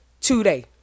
today